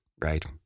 right